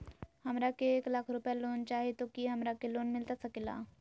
हमरा के एक लाख रुपए लोन चाही तो की हमरा के लोन मिलता सकेला?